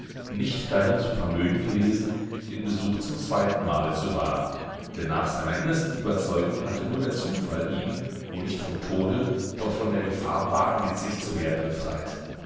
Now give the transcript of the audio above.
nicht dahin zu vermögen gewesen den besuch zum zweiten male zu wagen denn nach seiner innersten überzeugung hatte nur der zufall ihn wo nicht vom tode doch von der gefahr wahnwitzig zu werden befreit